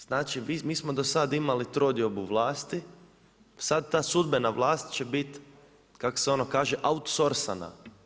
Znači mi smo do sad imali trodiobu vlasti, sad ta sudbena vlast će bit kak' se ono kaže outsoursana.